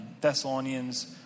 Thessalonians